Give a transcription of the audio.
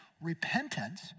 repentance